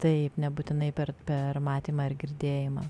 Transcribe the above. kitaip nebūtinai per per matymą ir girdėjimą